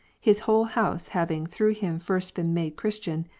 his whole house having through him first been made christian,